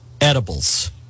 edibles